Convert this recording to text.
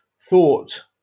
thought